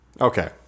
Okay